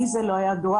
לי זה לא ידוע,